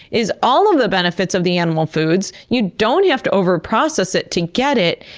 is all of the benefits of the animals foods, you don't have to over process it to get it.